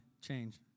change